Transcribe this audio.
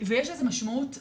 יש לזה משמעות אדירה.